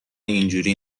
اینجوری